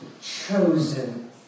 chosen